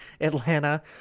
Atlanta